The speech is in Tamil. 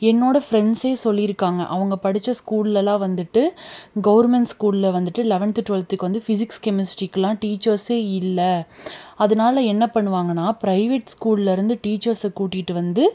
என்னோடய ஃப்ரெண்ஸே சொல்லியிருக்காங்க அவங்க படித்த ஸ்கூலில் எல்லாம் வந்துட்டு கவர்மெண்ட் ஸ்கூலில் வந்துட்டு லெவன்த் டுவல்த்துக்கு வந்து பிசிக்ஸ் கெமிஸ்ட்ரிக்கெல்லாம் டீச்சர்ஸே இல்லை அதனால என்ன பண்ணுவாங்கனால் பிரைவேட் ஸ்கூல்லிருந்து டீச்சர்ஸை கூட்டிகிட்டு வந்து